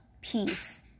peace